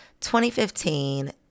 2015